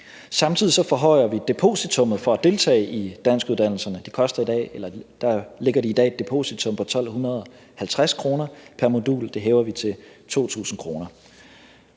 Samtidig forhøjer vi depositummet for at deltage i danskuddannelserne. Der lægger de i dag et depositum på 1.250 kr. pr. modul, og det hæver vi til 2.000 kr.